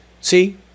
See